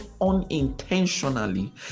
unintentionally